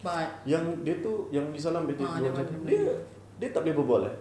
yang dia itu yang dia dia tak boleh berbual ah